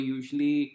Usually